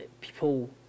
people